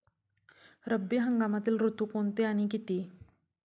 रब्बी हंगामातील ऋतू कोणते आणि किती?